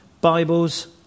Bibles